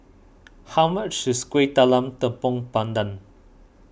how much is Kuih Talam Tepong Pandan